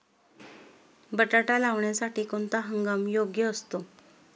बटाटा लावण्यासाठी कोणता हंगाम योग्य असतो?